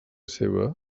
seva